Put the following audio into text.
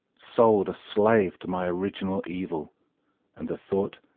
sold a slave to my original evil and the thought,